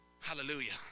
Hallelujah